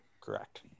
Correct